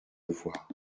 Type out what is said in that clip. voir